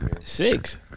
Six